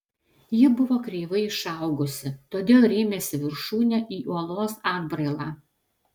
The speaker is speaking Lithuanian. ji buvo kreivai išaugusi todėl rėmėsi viršūne į uolos atbrailą